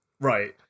Right